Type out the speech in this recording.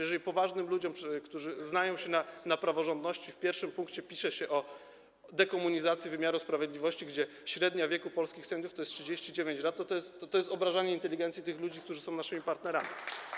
Jeżeli poważnym ludziom, którzy znają się na praworządności, w pierwszym punkcie pisze się o dekomunizacji wymiaru sprawiedliwości, kiedy średnia wieku polskich sędziów wynosi 39 lat, to jest to obrażanie inteligencji tych ludzi, którzy są naszymi partnerami.